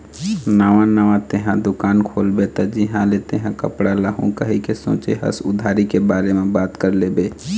नवा नवा तेंहा दुकान खोलबे त जिहाँ ले तेंहा कपड़ा लाहू कहिके सोचें हस उधारी के बारे म बात कर लेबे